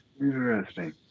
interesting